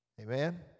Amen